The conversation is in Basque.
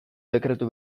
dekretu